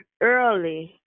early